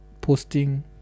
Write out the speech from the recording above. posting